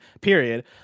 period